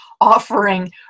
offering